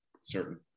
certain